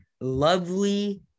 lovely